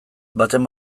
baten